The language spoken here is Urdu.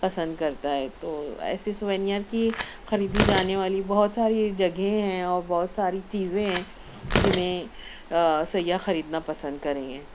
پسند کرتا ہے تو ایسی سووینیئر کی خریدی جانے والی بہت ساری جگہیں ہیں اور بہت ساری چیزیں ہیں جنہیں سیاح خریدنا پسند کریں گے